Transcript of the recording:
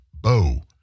Bo